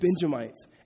Benjamites